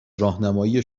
راهنمایی